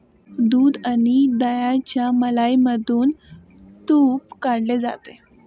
दूध आणि दह्याच्या मलईमधून तुप काढले जाते